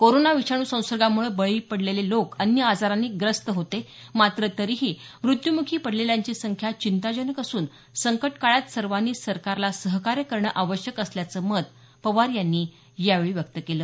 corona विषाणू संसर्गामुळे बळी पडलेले लोक अन्य आजारांनी ग्रस्त होते मात्र तरीही मृत्यूमुखी पडलेल्यांची संख्या चिंताजनक असून संकटकाळात सर्वांनी सरकारला सहकार्य करणं आवश्यक असल्याचं मत पवार यांनी यावेळी व्यक्त केलं